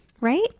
right